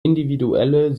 individuelle